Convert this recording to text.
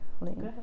link